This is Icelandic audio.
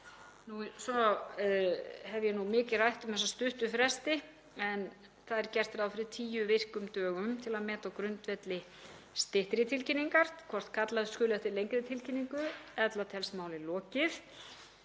Svo hef ég mikið rætt um þessa stuttu fresti en það er gert ráð fyrir tíu virkum dögum til að meta á grundvelli styttri tilkynningar hvort kalla skuli eftir lengri tilkynningu, en ella telst máli lokið.